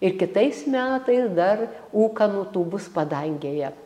ir kitais metais dar ūkanų tų bus padangėje